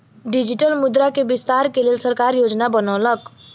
digital मुद्रा के विस्तार के लेल सरकार योजना बनौलक